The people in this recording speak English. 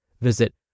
Visit